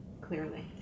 clearly